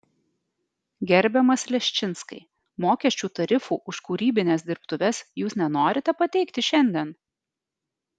gerbiamas leščinskai mokesčių tarifų už kūrybines dirbtuves jūs nenorite pateikti šiandien